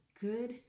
good